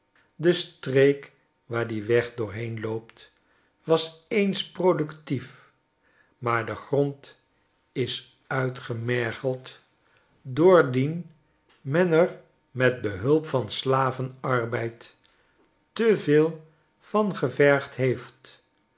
de streek waar die weg doorheen loopt was eens productief maar de grond is uitgemergeld doordien men er met behulp van slavenarbeid te veel van gevergd heeft